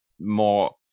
more